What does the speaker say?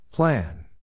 Plan